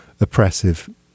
oppressive